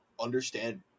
understand